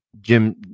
Jim